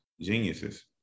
geniuses